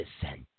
descent